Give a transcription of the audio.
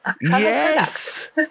Yes